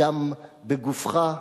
הדם בגופך!"